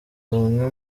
bamwe